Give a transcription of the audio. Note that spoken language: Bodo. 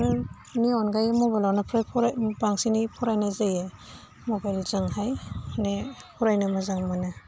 फोरनि अनगायै मबाइलावनो फ्राय फराय बांसिनै फरायनाय जायो मबाइलजोंहाय माने फरायनो मोजां मोनो